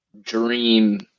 dream